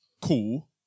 cool